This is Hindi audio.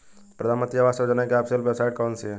प्रधानमंत्री आवास योजना की ऑफिशियल वेबसाइट कौन सी है?